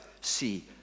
See